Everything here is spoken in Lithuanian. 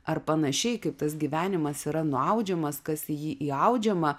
ar panašiai kaip tas gyvenimas yra nuaudžiamas kas į jį įaudžiama